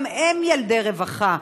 גם הם ילדי רווחה,